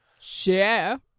share